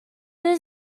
there